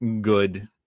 Good